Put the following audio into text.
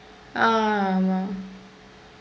ah ஆமாம்:aamaam